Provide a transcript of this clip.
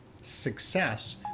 success